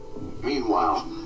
Meanwhile